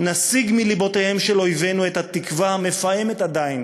נסיג מלבותיהם של אויבינו את התקווה המפעמת עדיין